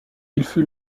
fut